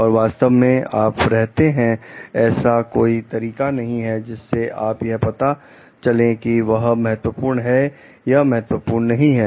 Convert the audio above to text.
और वास्तव में आप रहते हैं ऐसा कोई तरीका नहीं है जिससे यह पता चले कि यह महत्वपूर्ण है और यह महत्वपूर्ण नहीं है